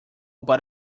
but